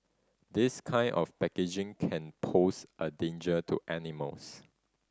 this kind of packaging can pose a danger to animals